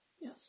Yes